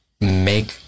make